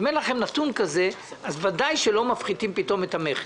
אם אין לכם נתון כזה אז בוודאי שלא מפחיתים פתאום את המכס,